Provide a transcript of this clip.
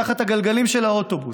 תחת הגלגלים של האוטובוס,